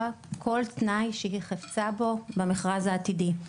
כל תנאי שהיא חפצה בו במכרז העתידי,